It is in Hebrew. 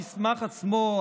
המסמך עצמו,